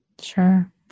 Sure